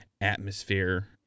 atmosphere